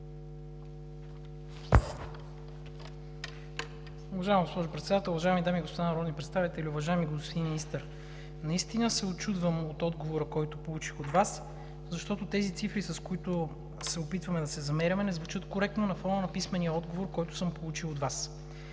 Уважаема госпожо Председател, уважаеми дами и господа народни представители. Уважаеми господин Министър, наистина се учудвам от отговора, който получих от Вас, защото тези цифри, с които се опитваме да се замеряме, не звучат коректно на фона на писменния отговор, който съм получил от Вас.